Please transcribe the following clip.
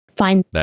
Find